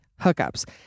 hookups